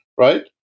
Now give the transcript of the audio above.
right